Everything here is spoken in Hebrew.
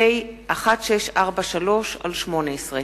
פ/1643/18.